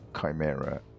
Chimera